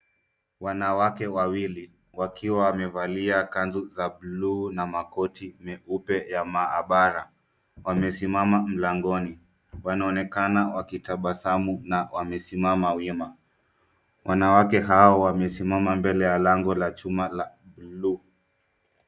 Wanawake wawili, wakiwa wamevalia kanzu za bluu na makoti meupe ya maabara, wamesimama mlangoni. Wanaonekana wakitabasamu na wamesimama wima. Wanawake hao wamesimama mbele ya lango la chuma la bluu.